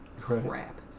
Crap